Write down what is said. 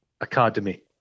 Academy